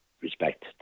respect